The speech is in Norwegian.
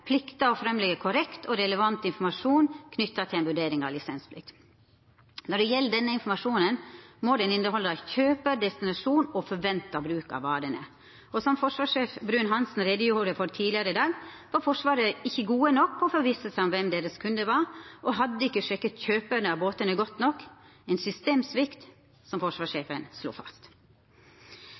plikter å fremlegge korrekt og relevant informasjon knyttet til en vurdering av lisensplikt Når det gjelder denne informasjonen, må den inneholde kjøper, destinasjon og forventet bruk av varene. Som forsvarssjef Bruun-Hanssen redegjorde for tidligere i dag, var Forsvaret ikke gode nok på å forvisse seg om hvem deres kunder var, og hadde ikke sjekket kjøpere av båtene godt nok – en systemsvikt, som forsvarssjefen slo fast.»